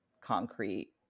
concrete